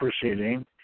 proceeding